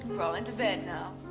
crawl into bed, now.